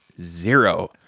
zero